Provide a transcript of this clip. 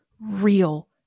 real